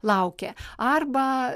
laukė arba